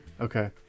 Okay